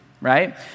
right